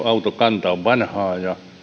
autokanta on vanhaa